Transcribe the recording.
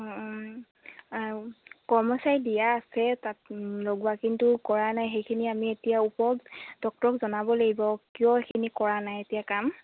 অঁ অঁ কৰ্মচাৰী দিয়া আছে তাত লগোৱা কিন্তু কৰা নাই সেইখিনি আমি এতিয়া ওপৰ ডক্টৰক জনাব লাগিব কিয় সেইখিনি কৰা নাই এতিয়া কাম